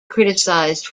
criticized